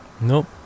Nope